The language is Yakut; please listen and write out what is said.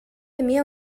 эмиэ